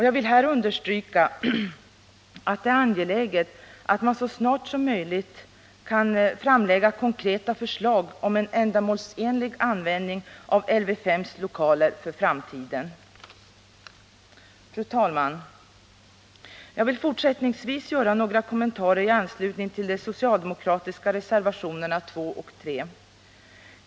Jag vill här understryka att det är angeläget att man så snart som möjligt kan framlägga konkreta förslag om en ändamålsenlig användning av LV S:s lokaler för framtiden. Fru talman! Jag vill fortsättningsvis göra några kommentarer i anslutning till de socialdemokratiska reservationerna 2 och 3.